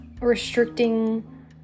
restricting